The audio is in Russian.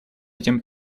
этим